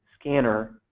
scanner